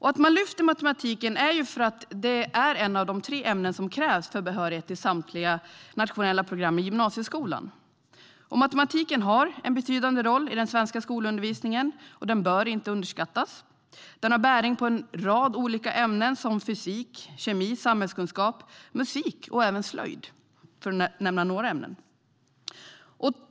Att man lyfter matematiken är därför att det är ett av de tre ämnen som krävs för behörighet till samtliga nationella program i gymnasieskolan. Och matematiken har en betydande roll i den svenska skolundervisningen och bör inte underskattas. Den har bäring på en rad olika ämnen som fysik, kemi, samhällskunskap, musik och även slöjd, för att nämna några ämnen.